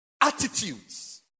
attitudes